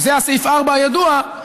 וזה סעיף 4 הידוע,